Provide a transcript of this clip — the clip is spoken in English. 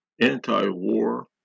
anti-war